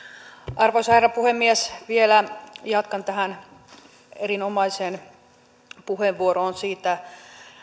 arvoisa herra puhemies vielä jatkan tähän erinomaiseen puheenvuoroon siitä